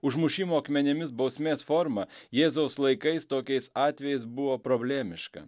užmušimo akmenimis bausmės forma jėzaus laikais tokiais atvejais buvo problemiška